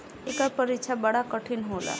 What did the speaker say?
एकर परीक्षा बड़ा कठिन होला